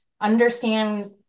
understand